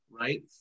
right